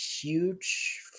huge